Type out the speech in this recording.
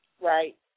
Right